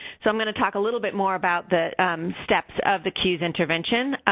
so, i'm going to talk a little bit more about the steps of the cues intervention,